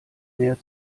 mehr